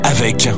Avec